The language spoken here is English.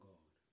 God